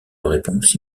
réponse